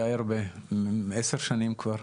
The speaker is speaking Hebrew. די הרבה זמן, כבר עשר שנים.